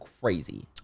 crazy